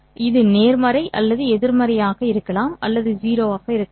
இது நேர்மறை அல்லது எதிர்மறையாக இருக்கலாம் அல்லது அது 0 ஆக இருக்கலாம்